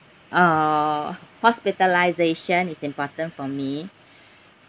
uh hospitalisation is important for me